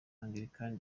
angilikani